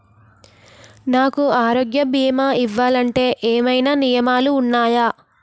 నాకు ఆరోగ్య భీమా ఇవ్వాలంటే ఏమైనా నియమాలు వున్నాయా?